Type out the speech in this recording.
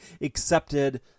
accepted